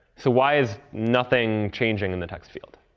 so why is nothing changing in the text field?